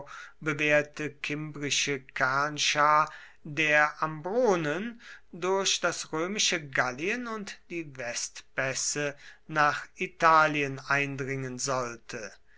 bewährte kimbrische kernschar der ambronen durch das römische gallien und die westpässe nach italien eindringen sollte